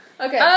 Okay